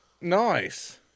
Nice